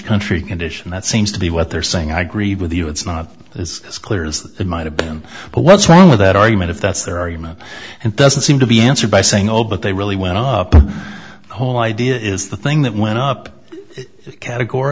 country condition that seems to be what they're saying i agree with you it's not as clear is that they might have been but what's wrong with that argument if that's their argument and doesn't seem to be answered by saying oh but they really went on the whole idea is the thing that went up it categor